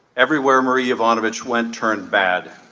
everywhere memory of on which went turned bad.